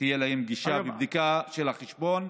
שתהיה להם גישה לבדיקה של החשבון.